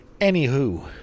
Anywho